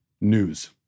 News